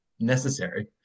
necessary